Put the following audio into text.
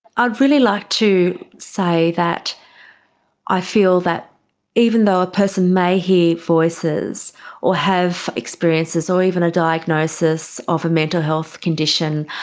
i'd really like to say that i feel that even though a person may hear voices or have experiences or even a diagnosis of a mental health condition,